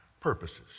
purposes